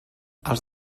els